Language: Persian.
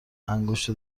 انگشت